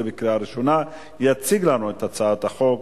עברה בקריאה ראשונה ותעבור לוועדת החוקה,